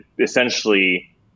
essentially